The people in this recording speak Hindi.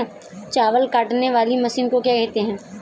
चावल काटने वाली मशीन को क्या कहते हैं?